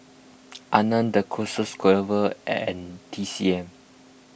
Anmum the Closet could ever and T C M